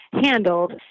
handled